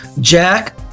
jack